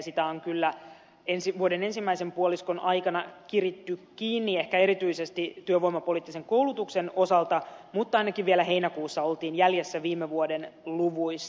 sitä on kyllä ensi vuoden ensimmäisen puoliskon aikana kiritty kiinni ehkä erityisesti työvoimapoliittisen koulutuksen osalta mutta ainakin vielä heinäkuussa oltiin jäljessä viime vuoden luvuista